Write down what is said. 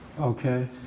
Okay